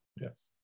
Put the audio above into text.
yes